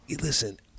listen